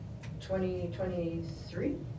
2023